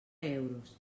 euros